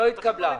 לא.